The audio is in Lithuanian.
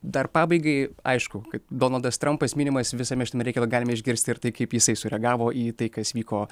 dar pabaigai aišku kaip donaldas trampas minimas visame šitame reikale galime išgirsti ir tai kaip jisai sureagavo į tai kas vyko